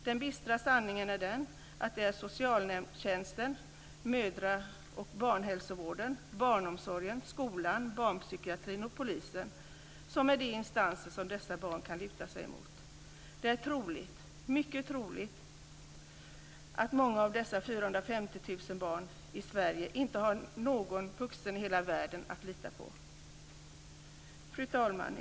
Den bistra sanningen är den att det är socialtjänsten, mödra och barnhälsovården, barnomsorgen, skolan, barnpsykiatrin och polisen som är de instanser som dessa barn kan luta sig emot. Det är troligt, mycket troligt, att många av dessa 450 000 barn i Sverige inte har någon vuxen i hela världen att lita på. Fru talman!